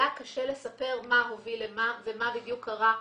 לה קשה לספר מה הוביל למה ומה בדיוק קרה,